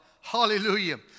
hallelujah